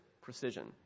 precision